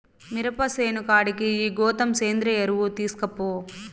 మిరప సేను కాడికి ఈ గోతం సేంద్రియ ఎరువు తీస్కపో